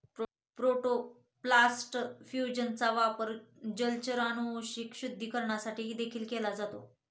protoplast फ्यूजनचा वापर जलचर अनुवांशिक शुद्धीकरणासाठी देखील केला जातो